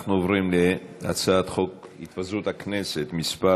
אנחנו עוברים להצעת חוק התפזרות הכנסת מס'